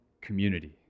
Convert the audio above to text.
community